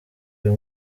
uyu